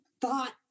thought